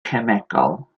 cemegol